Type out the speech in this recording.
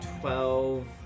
twelve